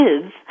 kids